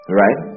right